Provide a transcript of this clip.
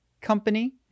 company